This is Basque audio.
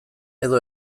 edo